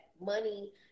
money